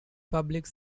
public